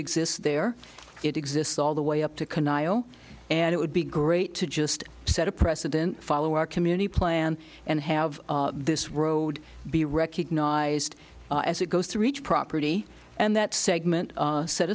exist there it exists all the way up to and it would be great to just set a precedent follow our community plan and have this road be recognized as it goes through each property and that segment